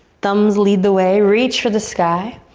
thumbs lead the way. reach for the sky.